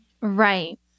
Right